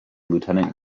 lieutenant